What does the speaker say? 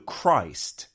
Christ